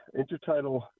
intertidal